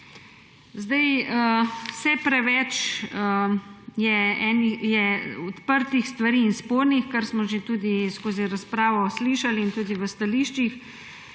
Vse preveč je odprtih in spornih stvari, kar smo že tudi skozi razpravo slišali in tudi v stališčih.